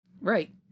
right